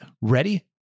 ready